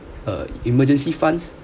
uh emergency funds